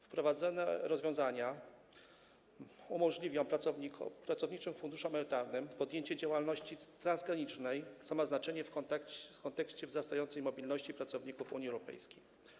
Wprowadzone rozwiązania umożliwią pracowniczym funduszom emerytalnym podjęcie działalności transgranicznej, co ma znaczenie w kontekście wzrastającej mobilności pracowników w Unii Europejskiej.